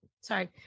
sorry